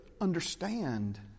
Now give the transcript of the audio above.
understand